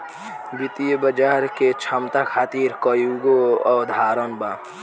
वित्तीय बाजार के दक्षता खातिर कईगो अवधारणा बा